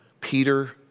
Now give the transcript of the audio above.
Peter